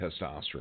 testosterone